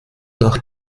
nach